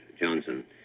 Johnson